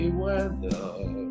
weather